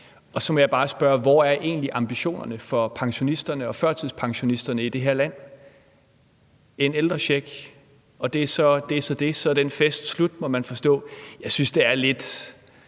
Så må jeg bare spørge, hvor ambitionerne egentlig er for pensionisterne og førtidspensionisterne i det her land. En ældrecheck er så det. Så er den fest slut, må man forstå. Jeg synes, at det er lidt